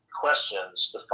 questions